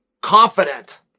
confident